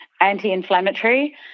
anti-inflammatory